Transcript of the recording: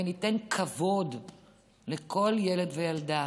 וניתן כבוד לכל ילד וילדה,